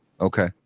Okay